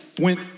went